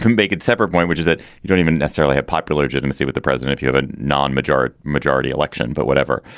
um bake in separate point, which is that you don't even necessarily have popular intimacy with the president if you have a non-majority majority election, but whatever.